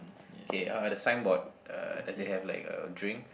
K uh the signboard uh does it have like a drink